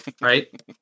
right